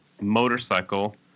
motorcycle